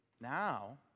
now